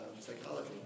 psychology